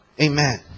Amen